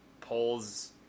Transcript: polls